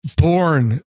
born